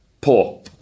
poor